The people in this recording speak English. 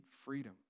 freedom